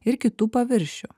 ir kitų paviršių